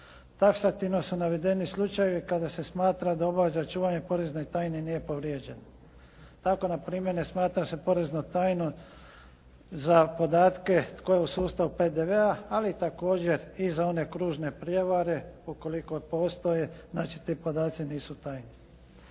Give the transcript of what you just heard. Taksativno su navedeni slučajevi kada se smatra da obaveza čuvanja porezne tajne nije povrijeđena. Tako na primjer, ne smatra se poreznom tajnom za podatke tko je u sustavu PDV-a ali također i za one kružne prijevare ukoliko postoje, znači ti podaci nisu tajni.